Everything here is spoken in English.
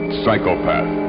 psychopath